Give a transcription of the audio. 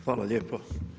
Hvala lijepo.